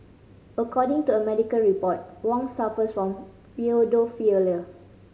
according to a medical report Wong suffers from